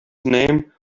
name